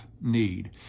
need